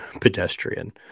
pedestrian